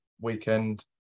weekend